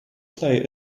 play